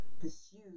pursue